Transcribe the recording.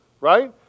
right